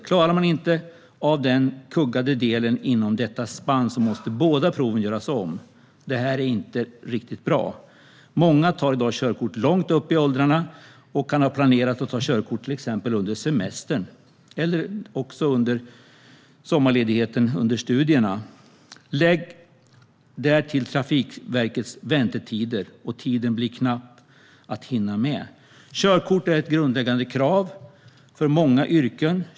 Klarar man inte av den kuggade delen inom detta spann måste båda proven göras om. Detta är inte riktigt bra. Många tar i dag körkort långt upp i åldrarna och kan ha planerat att ta körkort till exempel under semestern eller sommarledigheten under studierna. Lägg därtill Trafikverkets väntetider, och tiden blir knapp. Körkort är ett grundläggande krav för många yrken.